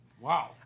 Wow